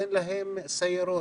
אין להם סיירות,